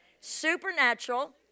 supernatural